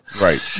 Right